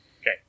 Okay